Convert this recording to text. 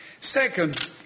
Second